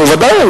נו, ודאי.